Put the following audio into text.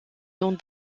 dans